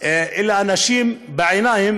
אל האנשים בעיניים